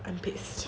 I'm pissed